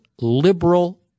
liberal